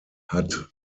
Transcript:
hat